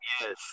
Yes